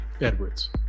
Edwards